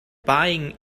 buying